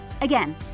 Again